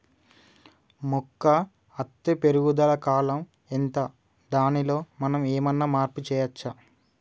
మొక్క అత్తే పెరుగుదల కాలం ఎంత దానిలో మనం ఏమన్నా మార్పు చేయచ్చా?